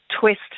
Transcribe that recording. twist